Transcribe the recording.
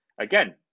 Again